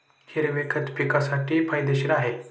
हिरवे खत पिकासाठी फायदेशीर आहे